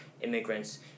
immigrants